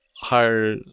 higher